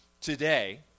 today